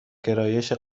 گرایش